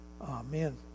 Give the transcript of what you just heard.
Amen